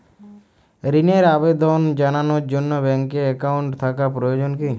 ঋণের আবেদন জানানোর জন্য ব্যাঙ্কে অ্যাকাউন্ট থাকা প্রয়োজন কী?